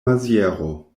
maziero